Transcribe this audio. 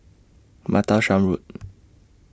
Martlesham Road